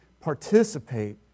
participate